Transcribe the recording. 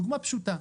דוגמה פשוטה.